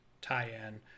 tie-in